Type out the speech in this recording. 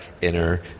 inner